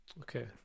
Okay